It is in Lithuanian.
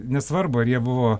nesvarbu ar jie buvo